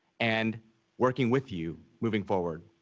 and working with you moving forward.